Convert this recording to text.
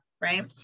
right